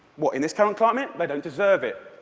what, in this kind of climate? they don't deserve it.